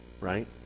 right